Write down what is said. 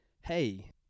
Hey